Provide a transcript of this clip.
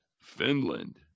finland